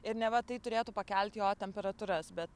ir neva tai turėtų pakelti jo temperatūras bet